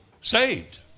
Saved